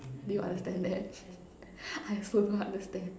do you understand that I also don't understand